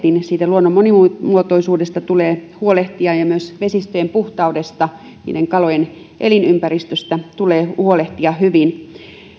luonnon monimuotoisuudesta tulee huolehtia ja myös vesistöjen puhtaudesta kalojen elinympäristöstä tulee huolehtia hyvin